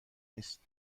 نیست